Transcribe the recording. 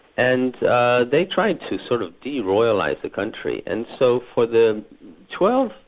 and they tried to sort of de-royalise the country, and so for the twelve,